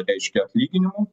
reiškia atlyginimų